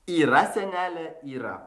yra senele yra